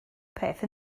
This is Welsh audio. peth